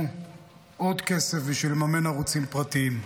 עוד כסף בשביל לממן ערוצים פרטיים.